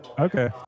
Okay